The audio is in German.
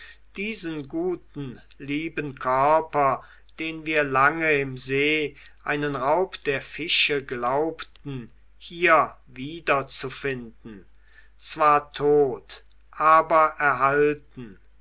diesen guten lieben körper den wir lange im see einen raub der fische glaubten hier wieder zu finden zwar tot aber erhalten